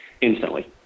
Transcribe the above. instantly